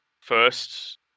first –